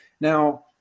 Now